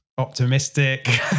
optimistic